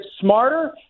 smarter